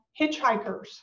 hitchhikers